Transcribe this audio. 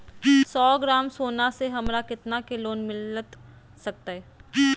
सौ ग्राम सोना से हमरा कितना के लोन मिलता सकतैय?